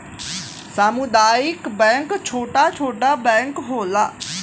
सामुदायिक बैंक छोटा छोटा बैंक होला